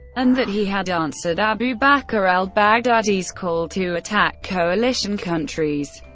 and that he had answered abu bakr al-baghdadi's call to attack coalition countries,